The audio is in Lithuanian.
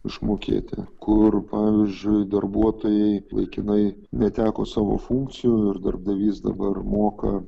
išmokėti kur pavyzdžiui darbuotojai laikinai neteko savo funkcijų ir darbdavys dabar moka